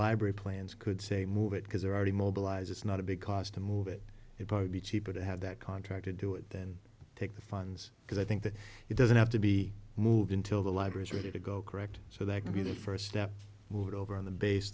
library plans could say move it because they're already mobilized it's not a big cost to move it it would be cheaper to have that contract to do it than take the funds because i think that it doesn't have to be moved in till the library's ready to go correct so that will be the first step move it over on the bas